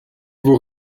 vous